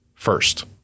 First